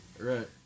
Right